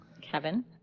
Kevin